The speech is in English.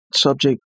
subject